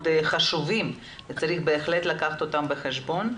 חשובים וצריך בהחלט לקחת אותם בחשבון.